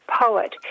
poet